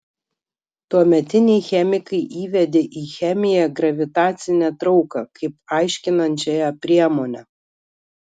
tuometiniai chemikai įvedė į chemiją gravitacinę trauką kaip aiškinančiąją priemonę